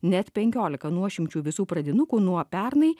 net penkiolika nuošimčių visų pradinukų nuo pernai